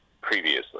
previously